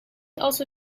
also